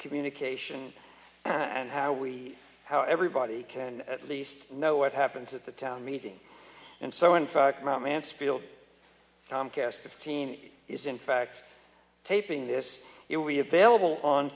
communication and how we how everybody can at least know what happens at the town meeting and so in fact my mansfield comcast fifteen is in fact taping this